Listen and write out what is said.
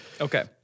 Okay